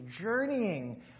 journeying